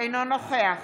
אינו נוכח